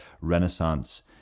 Renaissance